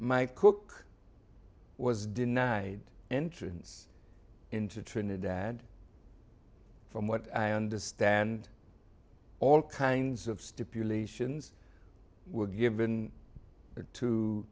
my cook was denied entrance into trinidad from what i understand all kinds of stipulations were given to